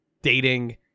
Dating